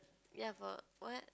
ya for what